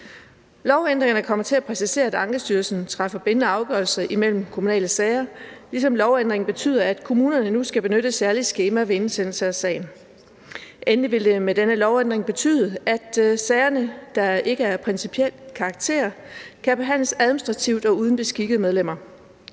Lovændringerne kommer til at præcisere, at Ankestyrelsen træffer bindende afgørelser imellem kommunale sager, ligesom lovændringen betyder, at kommunerne nu skal benytte et særligt skema ved indsendelse af sagen. Endelig vil det med denne lovændring betyde, at sager, der ikke er af principiel karakter, kan behandles administrativt og uden beskikkede medlemmer.